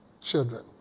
children